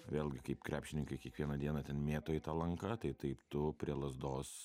vėlgi kaip krepšininkai kiekvieną dieną ten mėto į tą lanką tai taip tu prie lazdos